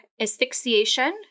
asphyxiation